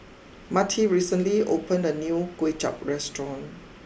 Marty recently opened a new Kuay Chap restaurant